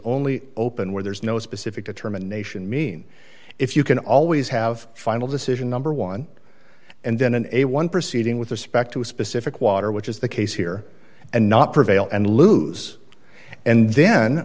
only open where there is no specific determination mean if you can always have final decision number one and then an a one proceeding with respect to a specific water which is the case here and not prevail and lose and then